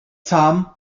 tom